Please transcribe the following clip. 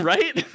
Right